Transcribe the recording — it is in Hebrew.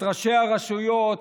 את ראשי הרשויות,